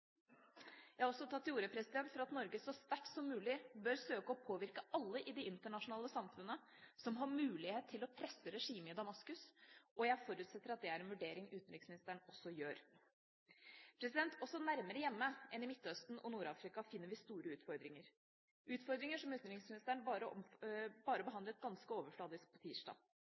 Jeg har også tatt til orde for at Norge så sterkt som mulig bør søke å påvirke alle i det internasjonale samfunnet som har mulighet til å presse regimet i Damaskus, og jeg forutsetter at det er en vurdering utenriksministeren også gjør. Også nærmere hjemme enn i Midtøsten og Nord-Afrika finner vi store utfordringer – utfordringer som utenriksministeren bare behandlet ganske overfladisk på tirsdag.